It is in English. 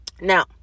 Now